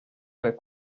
were